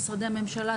משרדי ממשלה,